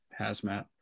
Hazmat